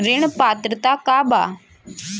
ऋण पात्रता का बा?